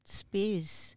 space